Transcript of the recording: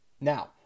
now